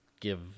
give